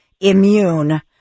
immune